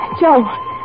Joe